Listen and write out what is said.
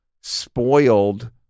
spoiled